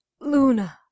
Luna